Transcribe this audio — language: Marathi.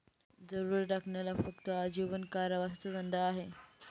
दरोडा टाकण्याला फक्त आजीवन कारावासाचा दंड आहे